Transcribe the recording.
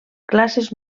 classes